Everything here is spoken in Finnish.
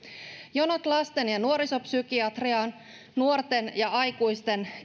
jonot lasten ja nuorisopsykiatriaan kelan tukemaan nuorten ja aikuisten